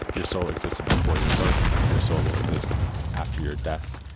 your soul existed before your birth, your soul will exist after your death,